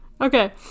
Okay